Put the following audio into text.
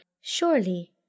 surely